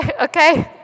okay